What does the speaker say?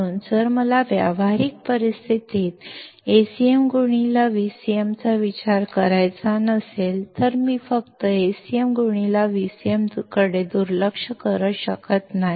म्हणून जर मला व्यावहारिक परिस्थितीत AcmVcm चा विचार करायचा नसेल तर मी फक्त AcmVcm कडे दुर्लक्ष करू शकत नाही